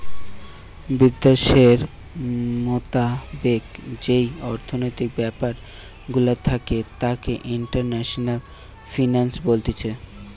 বিদ্যাশের মোতাবেক যেই অর্থনৈতিক ব্যাপার গুলা থাকে তাকে ইন্টারন্যাশনাল ফিন্যান্স বলতিছে